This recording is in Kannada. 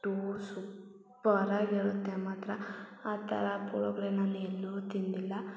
ಸೂಪರ್ ಆಗಿರುತ್ತೆ ಮಾತ್ರ ಆ ಥರ ಪುಳೋಗ್ರೆ ನಾನು ಎಲ್ಲೂ ತಿಂದಿಲ್ಲ